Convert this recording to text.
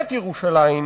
למעט בירושלים,